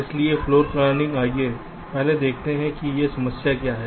इसलिए floor planning आइए पहले देखते हैं कि यह समस्या क्या है